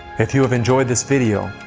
if you have enjoyed this video,